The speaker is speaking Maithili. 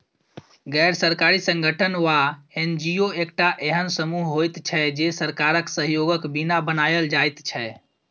गैर सरकारी संगठन वा एन.जी.ओ एकटा एहेन समूह होइत छै जे सरकारक सहयोगक बिना बनायल जाइत छै